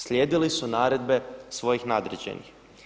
Slijedili su naredbe svojih nadređenih.